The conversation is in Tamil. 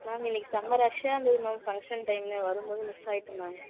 மேம் இன்னைக்கு செம்ம ரஷ்ஷாக இருந்தது மேம் ஃபங்க்ஷன் டைம்ன்னு வரும்போது மிஸ் ஆயிட்டு மேம்